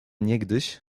niegdyś